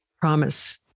promise